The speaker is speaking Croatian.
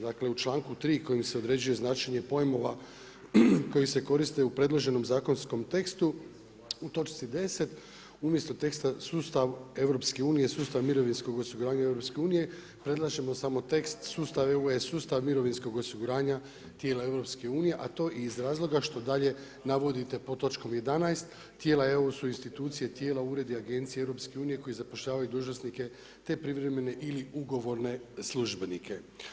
Dakle, u članku 3. kojim se određuje značenje pojmova koji se koriste u predloženom zakonskom tekstu u točci 10. umjesto teksta „sustav EU, sustav mirovinskog osiguranja i EU“ predlažemo samo tekst sustav EU, sustav mirovinskog osiguranja tijela EU a to i iz razloga što dalje navodite pod točkom 11. tijela EU su institucije, tijela, uredi, agencije EU koji zapošljavaju dužnosnike te privremene ili ugovorne službenike.